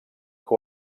que